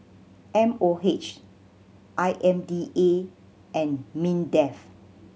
M O H I M D A and MINDEF